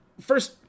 first